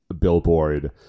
Billboard